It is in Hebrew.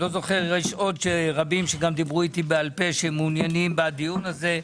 יש עוד רבים שדיברו איתי בעל-פה שמעוניינים בדיון הזה.